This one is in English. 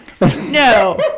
No